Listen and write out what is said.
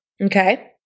Okay